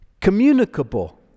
communicable